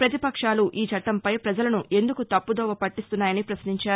ప్రతిపక్షాలు ఈ చట్టంపై ప్రజలను ఎందుకు తప్పుదోవ పట్టిస్తున్నాయని ప్రశ్నించారు